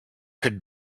could